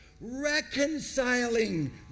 reconciling